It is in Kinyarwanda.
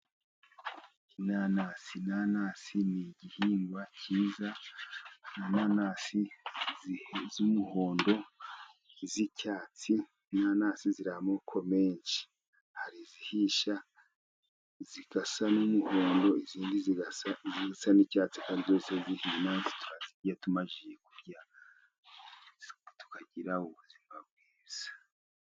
Inanasi ni igihingwa cyiza, inanasi z'umuhondo, z'icyatsi, inana zirimo amoko menshi. Hari izihisha zigasa n'umuhondo, izindi zigasa n'icyatsi, kandi zose zihiye neza tukazirya tumaze kurya tukagira ubuzima bwiza.